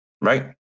right